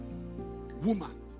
Woman